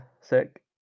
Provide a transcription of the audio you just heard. sick